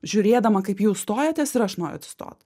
žiūrėdama kaip jūs stojatės ir aš noriu atsistot